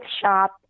shop